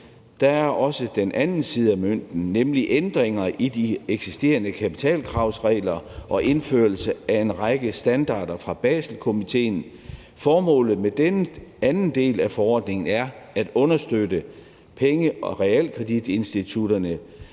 Der er også den anden side af mønten, nemlig ændringer i de eksisterende kapitalkravsregler og indførelse af en række standarder fra Baselkomitéen. Formålet med den anden del af forordningen er at understøtte penge- og realkreditinstitutterne